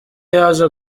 yaje